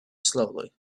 slowly